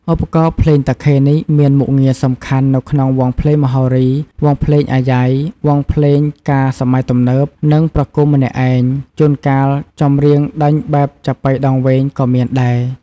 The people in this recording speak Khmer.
ឧបករណ៍ភ្លេងតាខេនេះមានមុខងារសំខាន់នៅក្នុងវង់ភ្លេងមហោរី, វង់ភ្លេងអាយ៉ៃ, វង់ភ្លេងការសម័យទំនើប និងប្រគំម្នាក់ឯង ជួនកាលចំរៀងដេញបែបចាប៉ីដងវែងក៏មានដែរ។